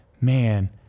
man